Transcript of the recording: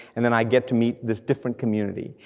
and then i get to meet this different community.